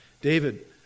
David